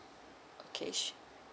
okay